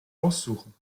aussuchen